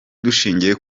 dushingiye